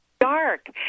dark